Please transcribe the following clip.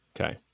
Okay